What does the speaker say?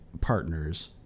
partners